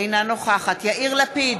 אינה נוכחת יאיר לפיד,